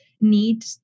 need